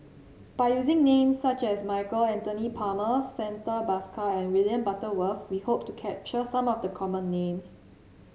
by using names such as Michael Anthony Palmer Santha Bhaskar and William Butterworth we hope to capture some of the common names